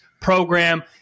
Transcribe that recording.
program